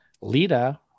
Lita